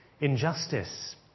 injustice